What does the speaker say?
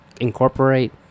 incorporate